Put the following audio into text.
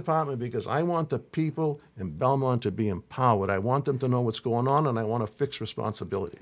upon it because i want the people in belmont to be empowered i want them to know what's going on and i want to fix responsibility